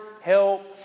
help